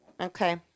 Okay